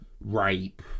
rape